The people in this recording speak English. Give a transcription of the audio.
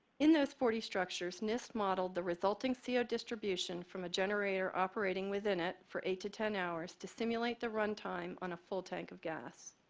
in those forty structures, nist modeled the resulting distribution from a generator operating within it for eight to ten hours to stimulate the runtime on a full tank of gas.